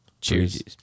Cheers